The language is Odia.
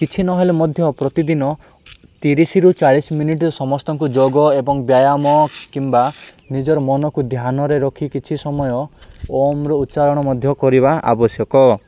କିଛି ନହେଲେ ମଧ୍ୟ ପ୍ରତିଦିନ ତିରିଶରୁ ଚାଳିଶ ମିନିଟ ସମସ୍ତଙ୍କୁ ଯୋଗ ଏବଂ ବ୍ୟାୟାମ କିମ୍ବା ନିଜର ମନକୁ ଧ୍ୟାନରେ ରଖି କିଛି ସମୟ ଓମ୍ର ଉଚ୍ଚାରଣ ମଧ୍ୟ କରିବା ଆବଶ୍ୟକ